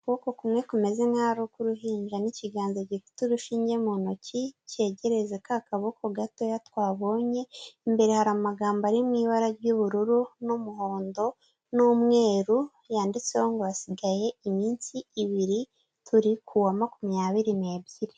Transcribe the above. Ukuboko kumwe kumeze nk'aho ari uk'uruhinja n'ikiganza gifite urushinge mu ntoki cyegereza ka kaboko gatoya twabonye, imbere hari amagambo ari mu ibara ry'ubururu n'umuhondo n'umweru, yanditseho ngo hasigaye iminsi ibiri, turi kuwa makumyabiri n'ebyiri.